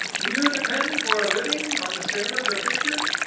do you depend for a living on the sale of your pictures?